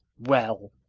well,